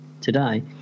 today